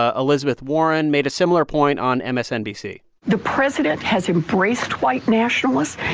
ah elizabeth warren made a similar point on msnbc the president has embraced white nationalists.